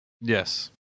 Yes